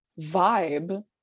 vibe